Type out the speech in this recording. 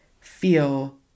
feel